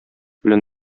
белән